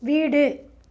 வீடு